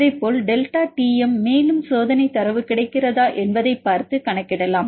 அதேபோல் delta Tm மேலும் சோதனை தரவு கிடைக்கிறதா என்பதை பார்த்து கணக்கிடலாம்